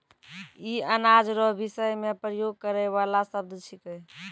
ई अनाज रो विषय मे प्रयोग करै वाला शब्द छिकै